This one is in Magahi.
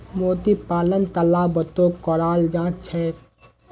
मोती पालन तालाबतो कराल जा छेक